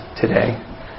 today